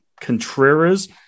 Contreras